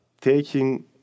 taking